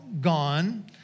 gone